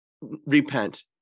Repent